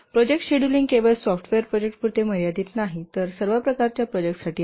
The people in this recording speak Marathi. प्रोजेक्ट शेड्यूलिंग केवळ सॉफ्टवेअर प्रोजेक्टपुरते मर्यादित नाही तर सर्व प्रकारच्या प्रोजेक्टसाठी आहे